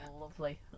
lovely